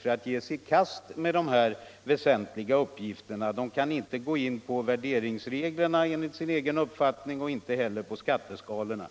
för att ge sig i kast med de väsentligaste uppgifterna. Expertgruppen kan inte gå in på värderingsreglerna och inte heller på skatteskalorna.